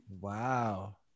wow